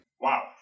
Wow